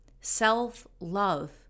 self-love